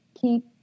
Keep